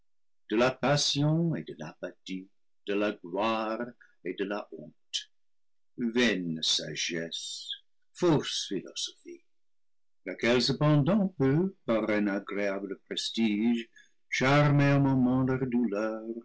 de la passion et de l'apathie de la gloire et de la honte vaine sagesse fausse philosophie laquelle cependant peut par un agréable prestige